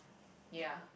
ya